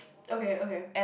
okay okay